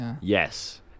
Yes